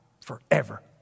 forever